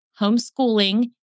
homeschooling